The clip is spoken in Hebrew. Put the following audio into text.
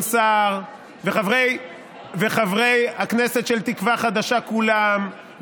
סער וחברי הכנסת של תקווה חדשה כולם,